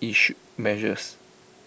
issue measures